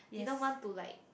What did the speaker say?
didn't want to like